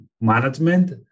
management